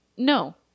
No